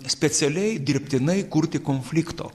specialiai dirbtinai kurti konflikto